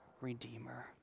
Redeemer